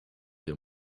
your